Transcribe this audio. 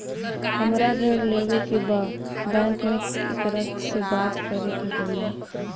हमरा ऋण लेवे के बा बैंक में केकरा से बात करे के होई?